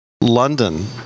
London